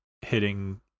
hitting